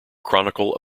chronicle